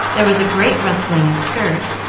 there was a great rustling of skirts,